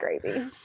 crazy